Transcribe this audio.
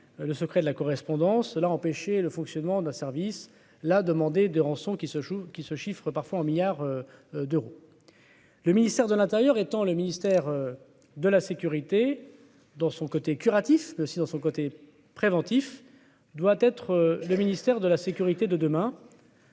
Le secret de la correspondance l'a empêché le fonctionnement d'un service la demander des rançons qui se joue, qui se chiffrent parfois en milliards d'euros. Le ministère de l'Intérieur étant le ministère de la sécurité dans son côté curatif si dans son côté préventif doit être le ministère de la sécurité de demain.